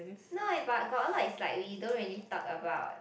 no eh but got a lot is like we don't really talk about